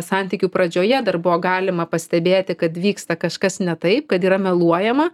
santykių pradžioje dar buvo galima pastebėti kad vyksta kažkas ne taip kad yra meluojama